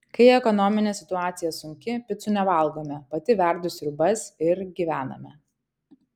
kai ekonominė situacija sunki picų nevalgome pati verdu sriubas ir gyvename